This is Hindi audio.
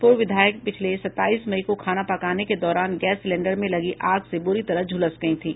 पूर्व विधायक पिछले सत्ताईस मई को खाना पकाने के दौरान गैस सिलेंडर में लगी आग से बुरी तरह झुलस गई थी